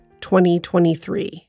2023